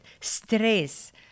stress